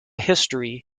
history